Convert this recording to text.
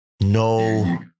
no